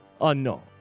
unknown